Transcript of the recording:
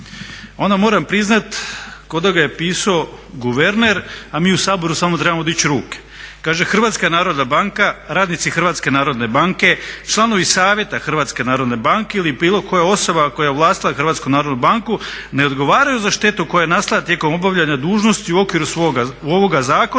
onda moram priznati kao da ga je pisao guverner, a mi u Saboru samo trebamo dići ruke. Kaže: "HNB, radnici HNB-a, članovi Savjeta HNB-a ili bilo koja osoba koja je ovlastila HNB ne odgovaraju za štetu koja je nastala tijekom obavljanja dužnosti u okviru ovoga zakona,